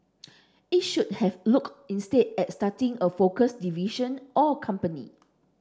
it should have looked instead at starting a focused division or company